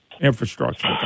infrastructure